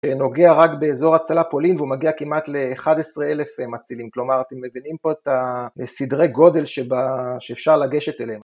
נוגע רק באזור הצלה פולין והוא מגיע כמעט ל-11,000 מצילים. כלומר, אתם מבינים פה את הסדרי גודל שאפשר לגשת אליהם.